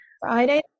Friday